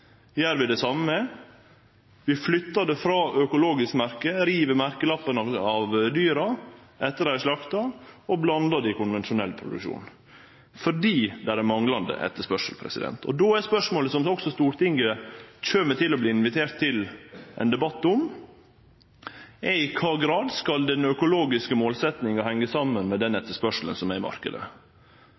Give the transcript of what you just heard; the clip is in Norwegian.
vi flyttar det frå økologisk-merket, riv merkelappen av dyra etter at dei er slakta, og blandar det i konvensjonell produksjon – fordi det er manglande etterspørsel. Og då er spørsmålet som også Stortinget kjem til å verte invitert til ein debatt om: I kva grad skal den økologiske målsetjinga hengje saman med den etterspørselen som er i